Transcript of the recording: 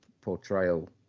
portrayal